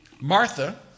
Martha